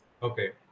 Okay